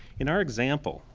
in our example,